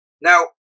Now